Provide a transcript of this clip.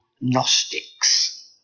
Gnostics